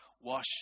wash